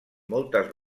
moltes